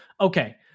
Okay